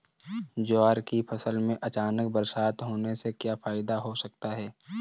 ज्वार की फसल में अचानक बरसात होने से क्या फायदा हो सकता है?